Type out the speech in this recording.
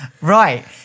right